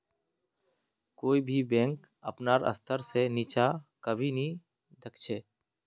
कोई भी बैंक अपनार स्तर से नीचा कभी नी दख छे